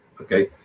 Okay